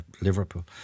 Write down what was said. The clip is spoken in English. Liverpool